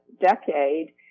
decade